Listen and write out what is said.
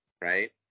right